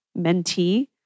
mentee